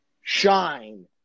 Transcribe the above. shine